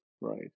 right